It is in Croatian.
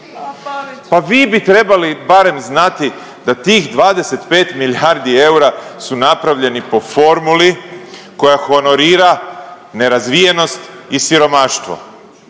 Pa vi bi trebali barem znati da tih 25 milijardi eura su napravljeni po formuli koja honorira nerazvijenost i siromaštvo.